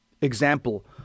example